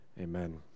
Amen